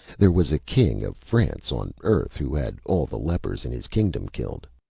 there was a king of france, on earth, who had all the lepers in his kingdom killed.